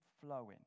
flowing